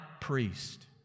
priest